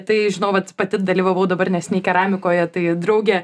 tai žinau vat pati dalyvavau dabar neseniai keramikoje tai draugė